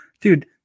dude